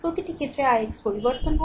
প্রতিটি ক্ষেত্রে ix পরিবর্তন হবে